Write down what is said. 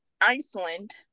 iceland